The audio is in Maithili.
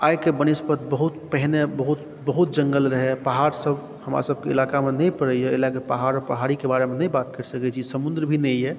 आइक वनिस्पत बहुत पहिने बहुत जंगल रहै पहाड़सभ हमरसभके इलाकामे नहि परै यऽ एहि लए के पहाड़ पहाड़ीकें बारेमे नहि बात कऽ सकै छी समुद्र भी नहि यऽ